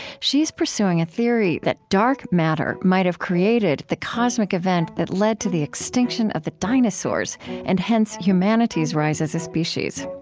she's pursuing a theory that dark matter might have created the cosmic event that led to the extinction of the dinosaurs and hence, humanity's rise as a species.